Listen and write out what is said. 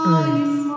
earth